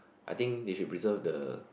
I think they should preserve the